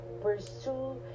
pursue